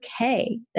okay